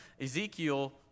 Ezekiel